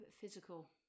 physical